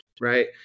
Right